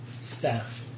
staff